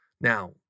now